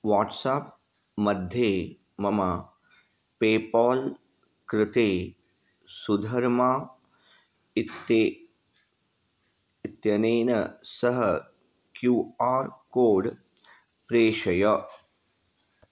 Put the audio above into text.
WhatsApp मध्ये मम PayPal कृते सुधर्मा इत्ते इत्यनेन सह क्यू आर् कोड् प्रेषय